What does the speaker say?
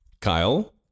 Kyle